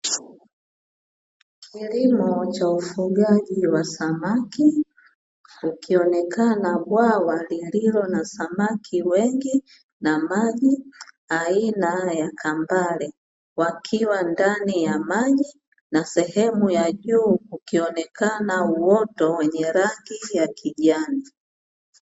Kilimo cha ufugaji wa samaki, likionekana bwawa lililo na samaki wengi na maji aina ya kambale, wakiwa ndani ya maji, na sehemu ya juu kukionekana uoto wenye rangi ya kijani.